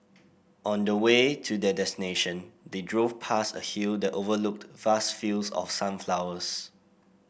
on the way to their destination they drove past a hill that overlooked vast fields of sunflowers